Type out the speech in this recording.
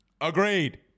Agreed